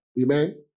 Amen